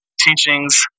teachings